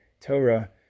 Torah